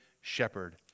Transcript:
shepherd